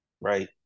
Right